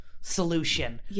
solution